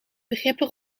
begrippen